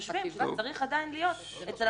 שצריך עדיין להיות אצל הממונה,